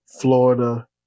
Florida